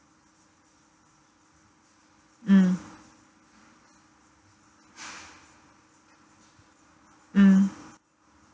mm mm